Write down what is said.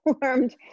formed